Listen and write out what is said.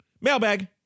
Mailbag